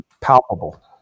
palpable